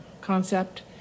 concept